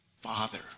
Father